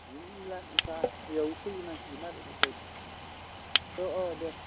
बिदिनो मिला मिसा बेयावनो सोलिनांसिगोन आरो उफाय गैला अ अ दे